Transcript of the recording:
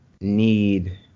need